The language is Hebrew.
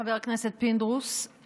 חבר הכנסת פינדרוס.